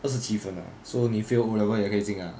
二十七分 ah so 你 fail O level 也可以进啊